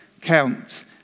count